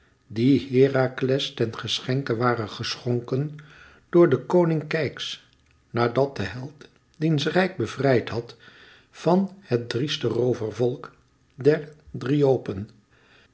die herakles ten geschenke waren geschonken door den koning keyx nadat de held diens rijk bevrijd had van het drieste roovervolk der dryopen